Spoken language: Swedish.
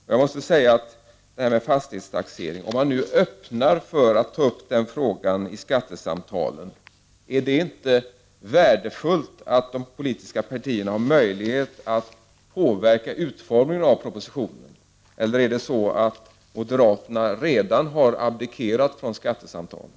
Om man öppnar för att ta upp frågan om fastighetstaxeringen i skattesamtalen, är det inte värdefullt att de politiska parti erna har möjlighet att påverka utformningen av propositionen? Eller är det så att moderaterna redan har abdikerat från skattesamtalen?